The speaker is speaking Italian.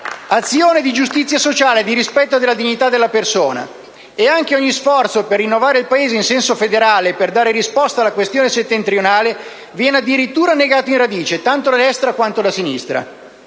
azione di giustizia sociale e di rispetto per la dignità della persona. Anche ogni nostro sforzo per rinnovare il Paese in senso federale e per dare risposta alla questione settentrionale, viene addirittura negato in radice, tanto da destra, quanto da sinistra.